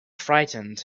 frightened